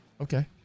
Okay